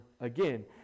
again